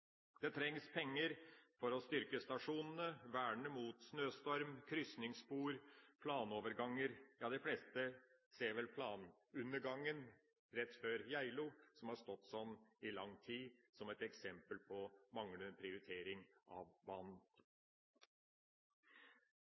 Det trengs penger for å styrke stasjonene, verne mot snøstorm, krysningsspor og planoverganger, og de fleste ser vel planundergangen rett før Geilo, som har stått slik i lang tid, som et eksempel på manglende prioritering av banen.